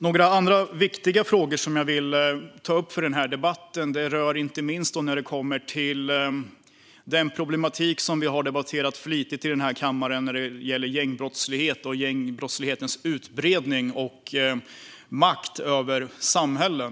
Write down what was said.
Det finns andra viktiga frågor som jag vill ta upp i debatten, inte minst en problematik som vi har debatterat flitigt här i kammaren: gängbrottsligheten, dess utbredning och dess makt över samhällen.